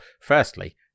firstly